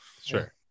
Sure